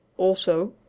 also,